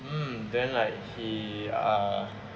mm then like he uh